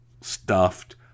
stuffed